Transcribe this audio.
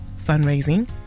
fundraising